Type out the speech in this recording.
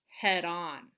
head-on